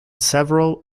several